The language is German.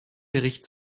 bericht